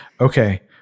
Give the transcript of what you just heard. Okay